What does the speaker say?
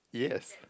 yes